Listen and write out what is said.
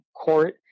court